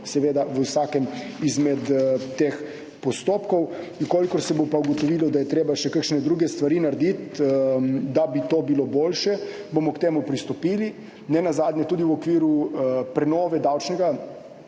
odločil v vsakem izmed teh postopkov. Če se bo pa ugotovilo, da je treba urediti še kakšne druge stvari, da bi to bilo boljše, bomo k temu pristopili. Nenazadnje tudi v okviru prenove davčnega